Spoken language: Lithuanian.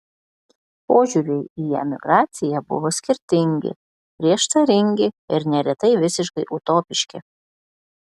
požiūriai į emigraciją buvo skirtingi prieštaringi ir neretai visiškai utopiški